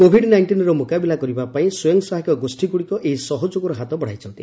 Covid ନାଇଷ୍ଟିନ୍ର ମୁକାବିଲା କରିବା ପାଇଁ ସ୍ୱୟଂସହାୟକ ଗୋଷ୍ଠୀଗୁଡ଼ିକ ଏହି ସହଯୋଗର ହାତ ବଢ଼ାଇଛନ୍ତି